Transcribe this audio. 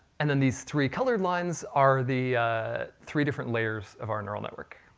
and then these three colored lines are the three different layers of our neural network.